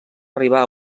arribar